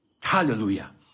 Hallelujah